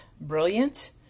Brilliant